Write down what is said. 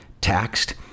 taxed